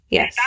Yes